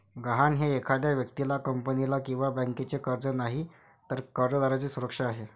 गहाण हे एखाद्या व्यक्तीला, कंपनीला किंवा बँकेचे कर्ज नाही, तर कर्जदाराची सुरक्षा आहे